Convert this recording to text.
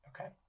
Okay